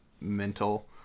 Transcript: mental